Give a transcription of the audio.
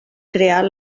crear